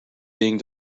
being